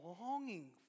longing